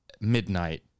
midnight